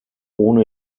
ohne